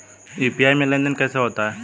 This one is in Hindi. यू.पी.आई में लेनदेन कैसे होता है?